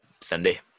Sunday